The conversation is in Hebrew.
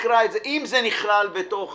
אם זה נכלל בתוך